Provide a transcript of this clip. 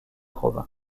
robin